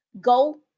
Go